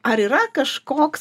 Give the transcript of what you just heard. ar yra kažkoks